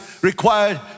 required